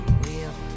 wheel